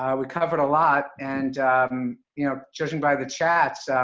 ah we covered a lot and you know, judging by the chats,